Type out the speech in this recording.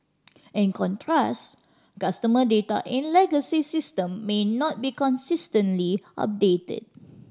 in contrast customer data in legacy system may not be consistently updated